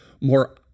more